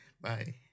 Bye